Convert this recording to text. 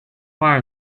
fire